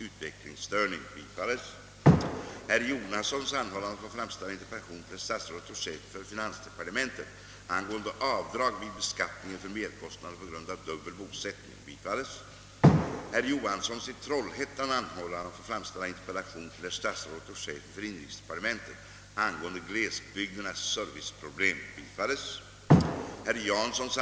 Ytterligare anmärkningsvärt är att en aktör som nyss fått radionämndens kritik för olämpligt uppträdande i TV genast får nytt tillfälle att okontrollerat påtruga andra sin onormala uppfattning om stil och anständighet. Det är ett upprörande missbruk av förtroende som skett och sker, när samhällets massmedia används till försåtlig propaganda för kulturella avarter -—— nu senast genom att lansera vad som allmänt betraktas som snuskvokabulär i förpackning av passabelt språkbruk.